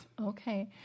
Okay